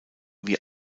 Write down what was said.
wie